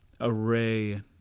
array